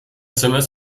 sms